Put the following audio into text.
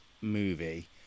movie